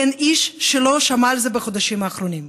אין איש שלא שמע על זה בחודשים האחרונים.